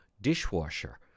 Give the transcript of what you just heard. dishwasher